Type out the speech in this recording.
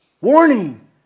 Warning